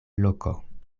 loko